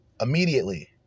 immediately